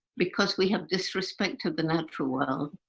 because we have disrespect of the natural world,